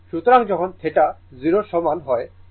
সুতরাং যখন θ 0 এর সমান হয় তখন এটিকে প্রজেকশন করুন